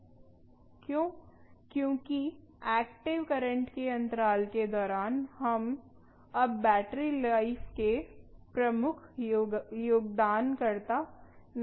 क्यों क्योंकि active current के अंतराल के दौरान हम अब बैटरी लाइफ के प्रमुख योगदानकर्ता नहीं होंगे